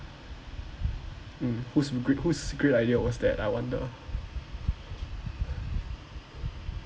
mm who's se~ who's great idea was that I wonder